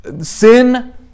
sin